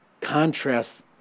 contrast